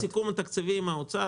מבחינת הסיכום התקציבי עם משרד האוצר,